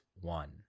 one